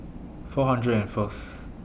four hundred and First